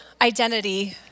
identity